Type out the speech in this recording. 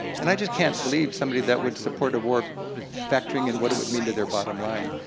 and i just can't believe somebody that would support a war factoring in what it would mean to their bottom line.